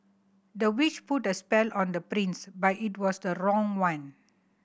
the witch put a spell on the prince but it was the wrong one